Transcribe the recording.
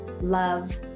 love